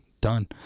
done